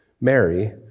Mary